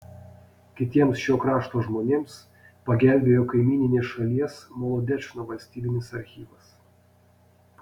kitiems šio krašto žmonėms pagelbėjo kaimyninės šalies molodečno valstybinis archyvas